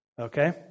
Okay